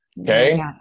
okay